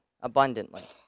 abundantly